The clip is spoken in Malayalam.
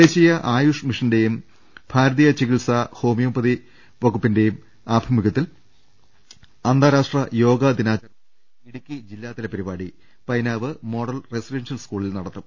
ദേശീയ ആയുഷ് മിഷന്റേയും ഭാരതീയ ചികിത്സാ ഹോമി യോപ്പതി വകുപ്പിന്റേയും ആഭിമുഖ്യത്തിൽ അന്താരാഷ്ട്ര യോഗാ ദിനാചരണത്തിന്റെ ഇടുക്കി ജില്ലാതല പരിപാടി പൈനാവ് മോഡൽ റെസിഡൻഷ്യൽ സ്കൂളിൽ നടത്തും